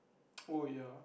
oh ya